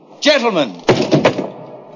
Gentlemen